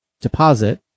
deposit